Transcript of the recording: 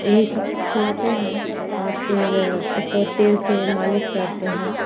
यही सब खिलाते हैं और फिर उसको तेल से मालिश करते हैं